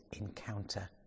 encounter